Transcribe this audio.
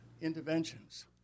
interventions